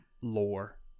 lore